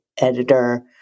editor